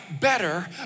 better